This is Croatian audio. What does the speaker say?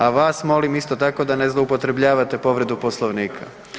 A vas molim isto tako da ne zloupotrebljavate povredu Poslovnika.